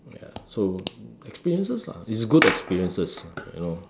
ya so experiences lah it's good experiences you know